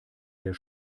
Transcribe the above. sehr